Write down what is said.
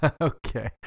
Okay